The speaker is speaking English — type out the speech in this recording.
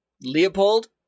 Leopold